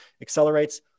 accelerates